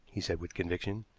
he said with conviction.